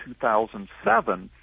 2007